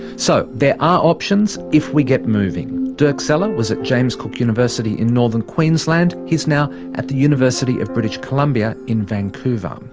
so there are options if we get moving. dirk zeller was a james cook university in northern queensland. he's now at the university of british colombia in vancouver. um